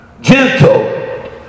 gentle